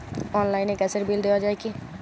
অনলাইনে গ্যাসের বিল দেওয়া যায় কি?